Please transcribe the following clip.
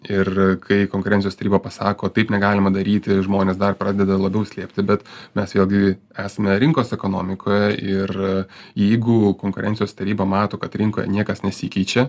ir kai konkurencijos taryba pasako taip negalima daryti žmonės dar pradeda labiau slėpti bet mes vėlgi esame rinkos ekonomikoje ir jeigu konkurencijos taryba mato kad rinkoje niekas nesikeičia